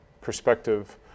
perspective